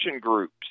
groups